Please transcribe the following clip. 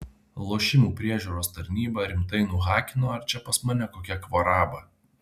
lošimų priežiūros tarnybą rimtai nuhakino ar čia pas mane kokia kvaraba